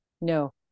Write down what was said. No